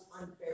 unfair